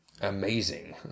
amazing